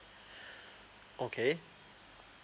okay